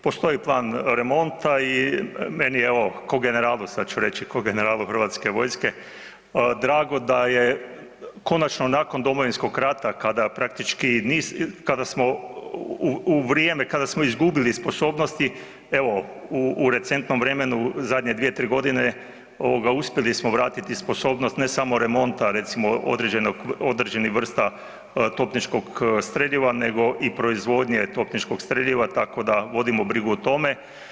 Postoji Plan remonta i meni je ovo ko generalu sad ću reći, ko generalu Hrvatske vojske, drago da je konačno nakon Domovinskog rata kada praktički niz, kada smo, u vrijeme kada smo izgubili sposobnosti, evo u recentnom vremenu zadnje dvije-tri godine, ovoga, uspjeli smo vratiti sposobnost, ne samo remonta recimo određenog, određenih vrsta topničkog streljiva, nego i proizvodnje topničkog streljiva, tako da vodimo brigu o tome.